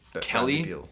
Kelly